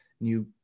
new